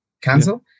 cancel